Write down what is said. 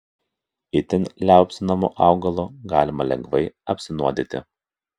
itin liaupsinamu augalu galima lengvai apsinuodyti